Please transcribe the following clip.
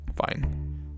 Fine